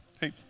Hey